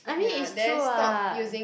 I mean is true [what]